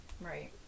Right